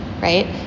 right